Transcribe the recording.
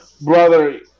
brother